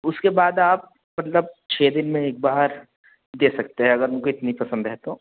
उसके बाद आप मतलब छः दिन में एक बार दे सकते हैं अगर उनको इतनी पसंद है तो